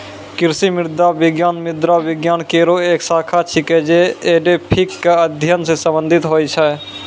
कृषि मृदा विज्ञान मृदा विज्ञान केरो एक शाखा छिकै, जे एडेफिक क अध्ययन सें संबंधित होय छै